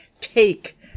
take